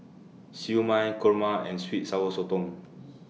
Siew Mai Kurma and Sweet Sour Sotong